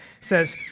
says